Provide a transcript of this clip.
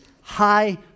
high